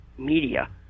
media